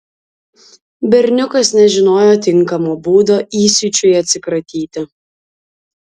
berniukas nežinojo tinkamo būdo įsiūčiui atsikratyti